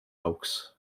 hoax